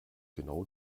genau